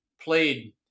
played